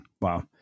Wow